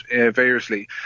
variously